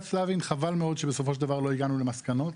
סלבין חבל מאוד שבסופו של דבר לא הגענו למסקנות,